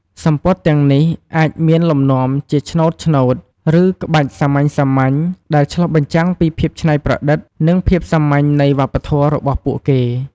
សំពត់ទាំងនេះអាចមានលំនាំជា ឆ្នូតៗ ឬ ក្បាច់សាមញ្ញៗ ដែលឆ្លុះបញ្ចាំងពីភាពច្នៃប្រឌិត និងភាពសាមញ្ញនៃវប្បធម៌របស់ពួកគេ។